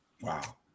Wow